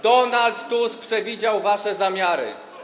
Donald Tusk przewidział wasze zamiary.